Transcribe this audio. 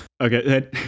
Okay